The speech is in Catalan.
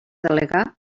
delegar